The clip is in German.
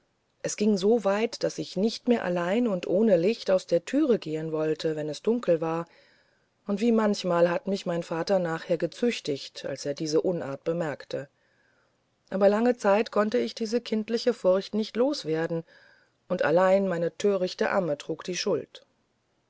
es ging so weit daß ich nicht mehr allein und ohne licht aus der türe gehen wollte wenn es dunkel war und wie manchmal hat mich mein vater nachher gezüchtigt als er diese unart bemerkte aber lange zeit konnte ich diese kindische furcht nicht loswerden und allein meine törichte amme trug die schuld